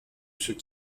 ceux